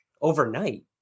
overnight